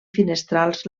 finestrals